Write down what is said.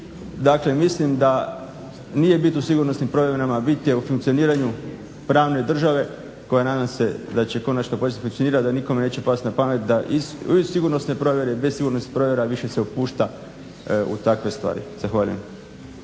Dakle, mislim da nije bit u sigurnosnim provjerama bit je u funkcioniranju pravne države koja nadam se da će početi konačno funkcionirati i da nikom neće pasti na pamet da i uz sigurnosne provjere i bez sigurnosnih provjera više se upušta u takve stvari. Zahvaljujem.